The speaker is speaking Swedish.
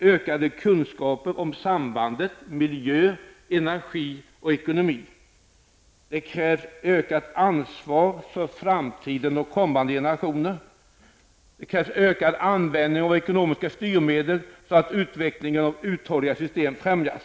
ökade kunskaper om sambandet mellan miljö, energi och ekonomi, ökat ansvar för framtiden och kommande generationer och ökad användning av ekonomiska styrmedel, så att utvecklingen av uthålliga system främjas.